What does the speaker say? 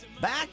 back